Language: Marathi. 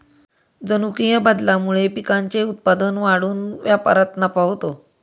जनुकीय बदलामुळे पिकांचे उत्पादन वाढून व्यापारात नफा होतो